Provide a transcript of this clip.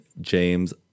James